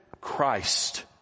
Christ